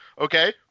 okay